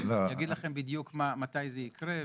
והוא יגיד לכם בדיוק מתי זה יקרה,